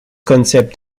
konzept